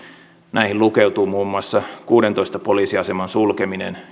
näihin lukeutuu muun muassa kuudentoista poliisiaseman sulkeminen